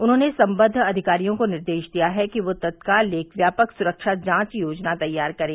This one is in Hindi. उन्होंने संबद्व अधिकारियों को निर्देश दिया है कि वे तत्काल एक व्यापक सुरक्षा जांच योजना तैयार करें